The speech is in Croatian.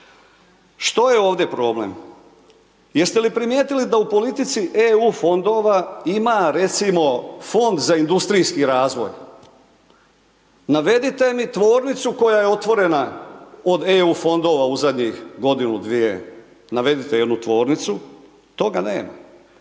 Što je ovdje problem? Jeste li primijetili da u politici EU fondova ima recimo Fond za industrijski razvoj? Navedite mi tvornicu koja je otvorena od EU fondova u zadnjih godinu, dvije, navedite jednu tvornicu. Toga nema.